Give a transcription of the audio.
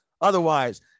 otherwise